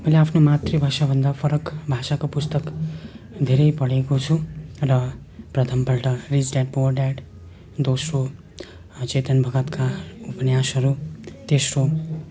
मैले आफ्नो मातृभाषाभन्दा फरक भाषाको पुस्तक धेरै पढेको छु र प्रथमपल्ट रिच ड्याड पुअर ड्याड दोस्रो चेतन भगतका उपन्यासहरू तेस्रो